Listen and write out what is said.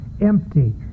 empty